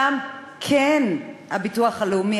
שם כן הביטוח הלאומי,